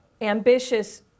ambitious